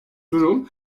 durum